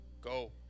go